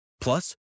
Plus